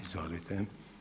Izvolite.